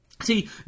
See